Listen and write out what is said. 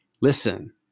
listen